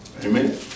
amen